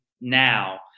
now